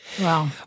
Wow